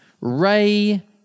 Ray